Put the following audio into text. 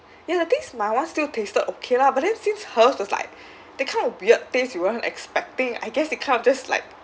you know the thing is my [one] still tasted okay lah but then since hers was like that kind of weird taste you weren't expecting I guess it kind of just like